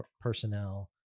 personnel